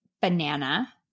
banana